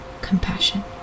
compassion